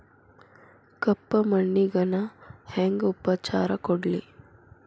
ಕಪ್ಪ ಮಣ್ಣಿಗ ನಾ ಹೆಂಗ್ ಉಪಚಾರ ಕೊಡ್ಲಿ?